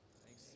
Thanks